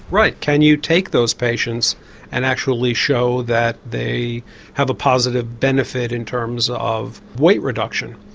right, can you take those patients and actually show that they have a positive benefit in terms of weight reduction.